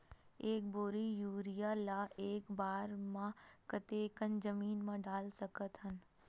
एक बोरी यूरिया ल एक बार म कते कन जमीन म डाल सकत हन?